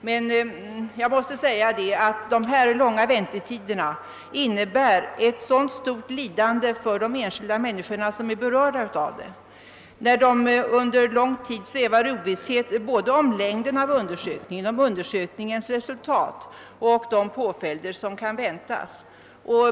Dessa långa väntetider innebär ett mycket stort lidande för de enskilda människor som är berörda. De svävar under lång tid i ovisshet både om längden av undersökningen, om undersökningens resultat och om de påföljder som kan väntas.